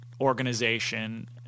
organization